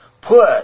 put